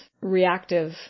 reactive